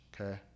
Okay